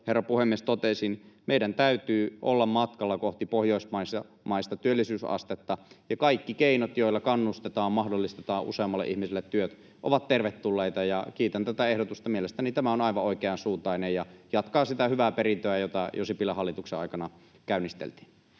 herra puhemies, totesin, meidän täytyy olla matkalla kohti pohjoismaista työllisyysastetta, ja kaikki keinot, joilla kannustetaan ja mahdollistetaan useammalle ihmiselle työt, ovat tervetulleita, ja kiitän tätä ehdotusta. Mielestäni tämä on aivan oikeansuuntainen ja jatkaa sitä hyvää perintöä, jota jo Sipilän hallituksen aikana käynnisteltiin.